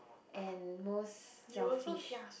and most selfish